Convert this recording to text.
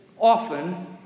often